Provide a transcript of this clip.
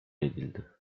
edildi